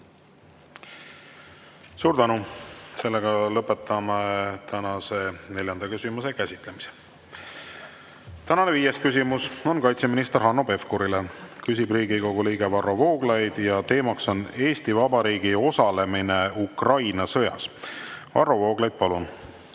Suur tänu! Lõpetan tänase neljanda küsimuse käsitlemise. Tänane viies küsimus on kaitseminister Hanno Pevkurile. Küsib Riigikogu liige Varro Vooglaid ja teemaks on Eesti Vabariigi osalemine Ukraina sõjas. Varro Vooglaid, palun!